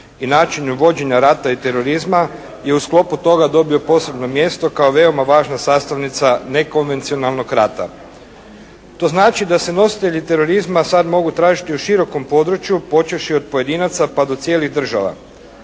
i načinu vođenja rata i terorizma i u sklopu toga dobio posebno mjesto kao veoma važna sastavnica nekonvencionalnog rata. To znači da se nositelji terorizma sad mogu tražiti u širokom području počevši od pojedinaca pa do cijelih država.